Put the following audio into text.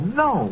no